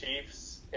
Chiefs